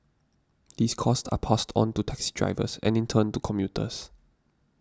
these costs are passed on to taxi drivers and in turn to commuters